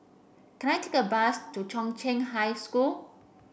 can I take a bus to Chong Qing High School